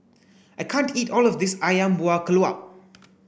I can't eat all of this Ayam Buah Keluak